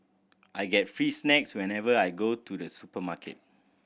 I get free snacks whenever I go to the supermarket